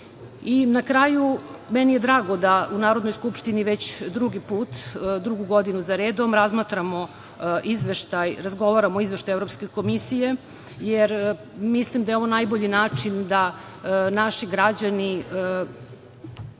kraju, meni je drago da u Narodnoj skupštini već drugi put, drugu godinu zaredom, razgovaramo o Izveštaju Evropske komisije, jer mislim da je ovo najbolji način da naši građani